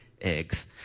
eggs